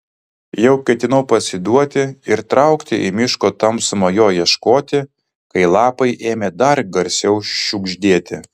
jau ketinau pasiduoti ir traukti į miško tamsumą jo ieškoti kai lapai ėmė dar garsiau šiugždėti